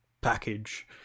package